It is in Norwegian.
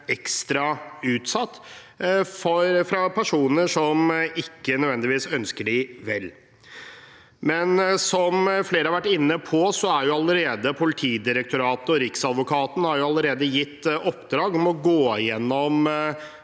ekstra utsatt for personer som ikke nødvendigvis ønsker dem vel. Som flere har vært inne på, har Politidirektoratet og Riksadvokaten allerede gitt oppdrag om å gå gjennom